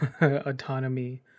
autonomy